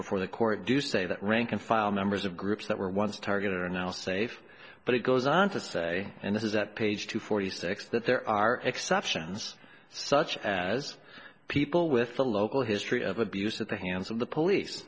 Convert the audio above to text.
before the court to say that rank and file members of groups that were once a target are now safe but it goes on to say and this is at page two forty six that there are exceptions such as people with the local history of abuse at the hands of the police